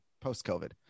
post-COVID